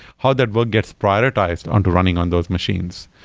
how that work gets prioritized on to running on those machines,